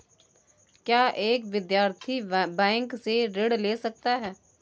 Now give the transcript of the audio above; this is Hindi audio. क्या एक विद्यार्थी बैंक से ऋण ले सकता है?